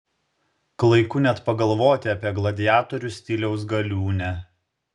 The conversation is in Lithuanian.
klaiku net pagalvoti apie gladiatorių stiliaus galiūnę